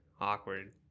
awkward